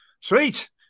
Sweet